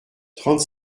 trente